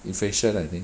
inflation I think